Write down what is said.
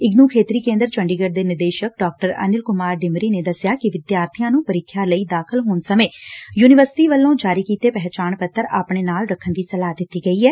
ਇਗਨੁ ਖੇਤਰੀ ਕੇਂਦਰ ਚੰਡੀਗੜ ਦੇ ਨਿਦੇਸ਼ਕ ਡਾ ਅਨਿਲ ਕੁਮਾਰ ਡਿਮਰੀ ਨੇ ਦਸਿਆ ਕਿ ਵਿਦਿਆਰਬੀਆਂ ਨੂੰ ਪ੍ਰੀਖਿਆ ਲਈ ਦਾਖ਼ਲ ਹੋਣ ਸਮੇਂ ਯੁਨੀਵਰਸਿਟੀ ਵੱਲੋਂ ਜਾਰੀ ਕੀਤੇ ਪਹਿਚਾਣ ਪੱਤਰ ਆਪਣੇ ਨਾਲ ਰੱਖਣ ਦੀ ਸਲਾਹ ਦਿੱਤੀ ਗਈ ਏ